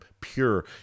pure